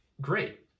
great